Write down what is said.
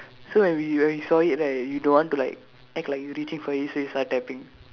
so when we when we saw it right you don't want to like act like you reaching for it so you start tapping